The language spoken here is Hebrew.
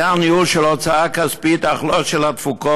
היה ניהול של הוצאה כספית אך לא של התפוקות,